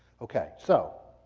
okay, so.